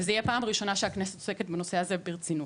וזו תהיה הפעם הראשונה שהכנסת עוסקת בזה ברצינות.